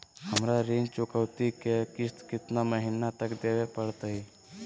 हमरा ऋण चुकौती के किस्त कितना महीना तक देवे पड़तई?